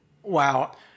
Wow